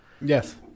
Yes